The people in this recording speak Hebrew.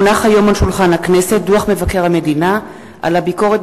כי הונח היום על שולחן הכנסת דוח מבקר המדינה על הביקורת